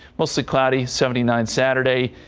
mostly cloudy seventy nine saturday.